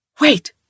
Wait